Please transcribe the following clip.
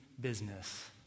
business